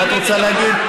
מה את רוצה להגיד?